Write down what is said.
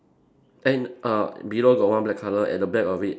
and uh below got one black colour at the back of it